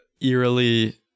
eerily